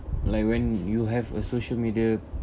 like when you have a social media